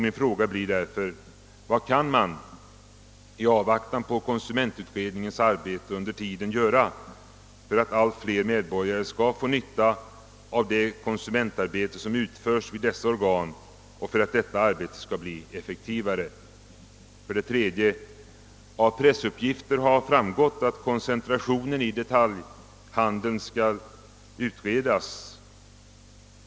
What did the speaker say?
Min fråga blir därför: Vad kan man i avvaktan på konsumentutredningens arbete göra för att allt fler medborgare skall få nytta av det konsumentarbete som utförs vid dessa organ och för att detta arbete skall bli effektivare? 3. Av pressuppgifter har framgått att koncentrationen i detaljhandeln skall utredas.